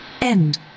End